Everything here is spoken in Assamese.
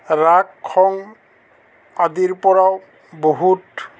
ৰাগ খং আদিৰ পৰাও বহুত